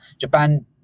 Japan